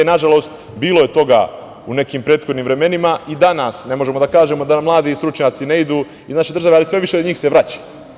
Nažalost, bilo je toga u nekim prethodnim vremenima i danas ne možemo da kažemo da nam mladi stručnjaci ne idu iz naše države, ali sve više njih se vraća.